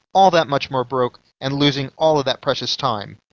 all that much more broke, and losing all that precious time.